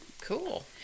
Cool